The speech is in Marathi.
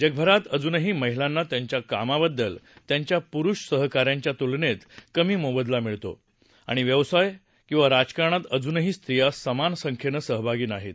जगभरात अजूनही महिलांना त्यांच्या कामाबद्दल त्यांच्या पुरुष सहकांच्यांच्या तुलनेत कमी मोबदला मिळतो आणि व्यवसाय किवा राजकारणात अजूनही स्त्रिया समान संख्येनं सहभागी नाहीत